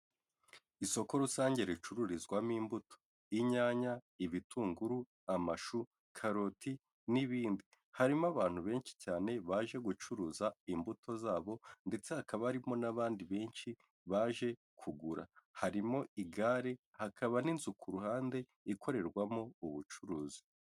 Isoko rusange ricururizwamo imbuto y'inyanya, ibitunguru, amashu, karoti, n'ibindi. Harimo abantu benshi cyane baje gucuruza imbuto zabo ndetse hakaba harimo n'abandi benshi baje kugura, harimo igare hakaba n'inzu ku ruhande ikorerwamo ubucuruzi.